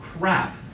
crap